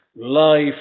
life